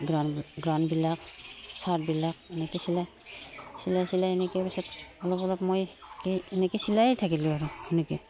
গ্ৰাউনবিলাক চাৰ্টবিলাক এনেকৈ চিলাই চিলাই চিলাই এনেকৈ পিছত অলপ অলপ মই এনেকৈ চিলাইয়ে থাকিলোঁ আৰু সেনেকৈ